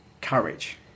courage